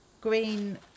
green